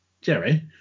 Jerry